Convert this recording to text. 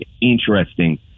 interesting